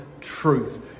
truth